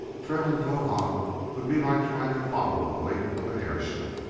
trailing towahg would be like trying to follow the wake of an airship.